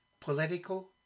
Political